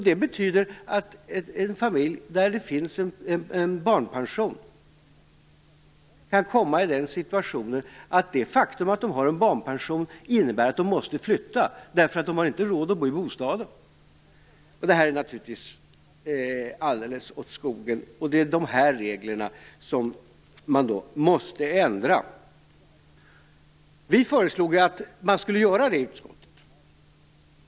Det betyder att en familj där det finns en barnpension kan komma i den situationen att det faktum att den har en barnpension innebär att den måste flytta, eftersom den inte har råd att bo i bostaden. Detta är naturligtvis alldeles åt skogen. Det är dessa regler som måste ändras. Vi moderater föreslog i utskottet att man skulle göra det.